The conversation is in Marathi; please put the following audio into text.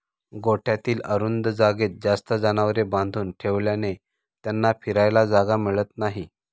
गोठ्यातील अरुंद जागेत जास्त जनावरे बांधून ठेवल्याने त्यांना फिरायला जागा मिळत नाही